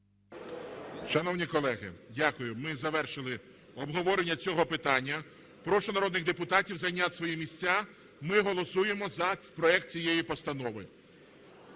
Шановні колеги, дякую. Ми завершили обговорення цього питання. Прошу народних депутатів зайняти свої місця. Ми голосуємо за проект цієї постанови.